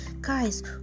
guys